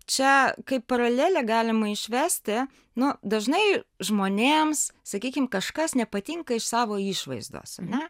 čia kaip paralelę galima išvesti nu dažnai žmonėms sakykime kažkas nepatinka iš savo išvaizdos ane